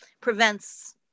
prevents